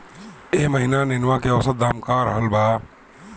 एह महीना नेनुआ के औसत दाम का रहल बा?